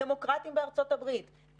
הדמוקרטים בארצות הברית,